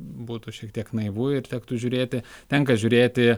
būtų šiek tiek naivu ir tektų žiūrėti tenka žiūrėti